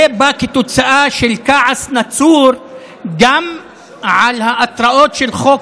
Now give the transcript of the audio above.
זה בא כתוצאה של כעס עצור גם על ההתראות של חוק